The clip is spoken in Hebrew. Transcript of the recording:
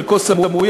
חלקו סמוי,